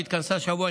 שהתכנסה השבוע,